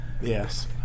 yes